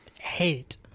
hate